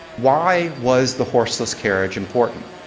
why was the horseless carriage important?